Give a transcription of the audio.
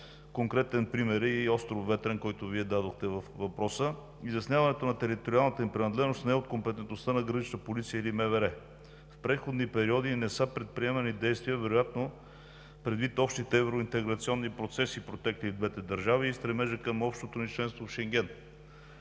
Конкретен пример е и остров Ветрен, който Вие посочихте във въпроса. Изясняването на териториалната им принадлежност не е от компетентността на „Гранична полиция“ или на МВР. В преходни периоди не са предприемани действия, вероятно предвид общите евроинтеграционни процеси, протекли в двете държави и стремежа към общото ни членство в Шенген.